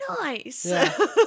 Nice